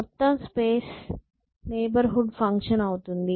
మొత్తం space neighbourhood function అవుతుంది